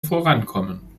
vorankommen